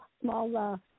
small